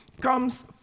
comes